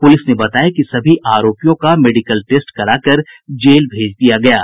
police ने बताया कि सभी आरोपियों का मेडिकल टेस्ट कराकर जेल भेज दिया गया है